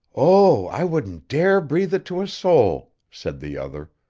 oh, i wouldn't dare breathe it to a soul, said the other.